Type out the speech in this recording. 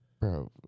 Bro